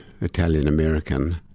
Italian-American